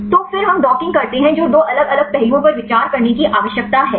तो फिर हम डॉकिंग करते हैं जो दो अलग अलग पहलुओं पर विचार करने की आवश्यकता है